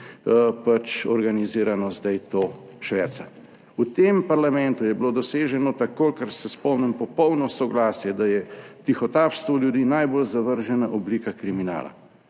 pač organizirano zdaj to šverca. V tem parlamentu je bilo doseženo, kolikor se spomnim, popolno soglasje, da je tihotapstvo ljudi najbolj zavržena oblika kriminala,